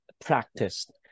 practiced